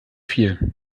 viel